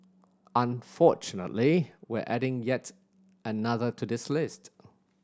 unfortunately we're adding another to this list